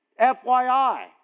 FYI